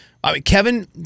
Kevin